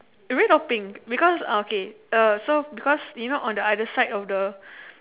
red or pink because okay uh so because you know on the other side of the